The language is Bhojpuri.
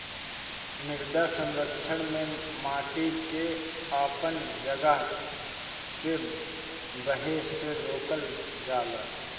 मृदा संरक्षण में माटी के अपन जगह से बहे से रोकल जाला